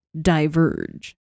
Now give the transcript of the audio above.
diverge